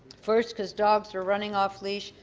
first because dogs were running off leash,